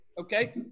Okay